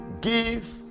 give